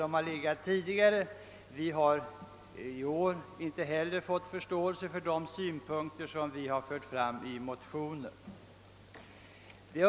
Vi har inte heller i år hos utskottet vunnit någon förståelse för de synpunkter vi fört fram i motionerna.